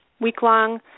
week-long